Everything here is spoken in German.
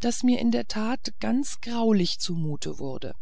daß mir in der tat ganz graulich zumute wurde